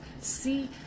see